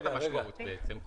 זאת המשמעות בעצם.